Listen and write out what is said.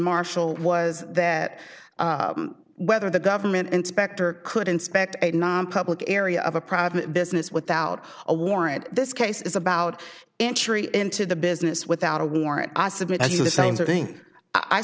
marshall was that whether the government inspector could inspect a public area of a private business without a warrant this case is about entry into the business without a warrant i submit the same thing i